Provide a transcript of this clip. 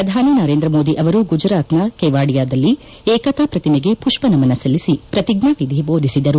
ಪ್ರಧಾನಿ ನರೇಂದ್ರ ಮೋದಿ ಅವರು ಗುಜರಾತ್ನ ಕೆವಾಡಿಯಾದಲ್ಲಿ ಏಕತಾ ಪ್ರತಿಮೆಗೆ ಮಷ್ಷ ನಮನ ಸಲ್ಲಿಸಿ ಪ್ರತಿಜ್ಞಾನಿಧಿ ಬೋಧಿಸಿದರು